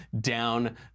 down